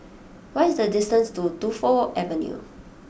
what is the distance to Tu Fu Avenue